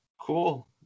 Cool